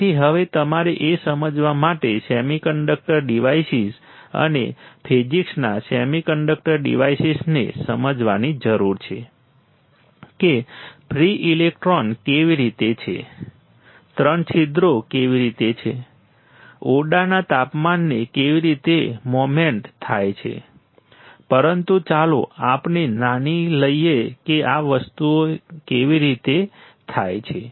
તેથી હવે તમારે એ સમજવા માટે સેમિકન્ડક્ટર ડિવાઇસીસ અને ફિઝિક્સના સેમિકન્ડક્ટર ડિવાઇસીસને સમજવાની જરૂર છે કે ફ્રિ ઇલેક્ટ્રોન કેવી રીતે છે ત્રણ છિદ્રો કેવી રીતે છે ઓરડાના તાપમાને કેવી રીતે મોમેન્ટ થાય છે પરંતુ ચાલો આપણે માની લઈએ કે આ વસ્તુઓ કેવી રીતે થાય છે